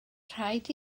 rhaid